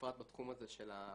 בפרט בתחום הזה של האפליקציות.